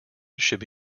should